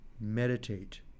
meditate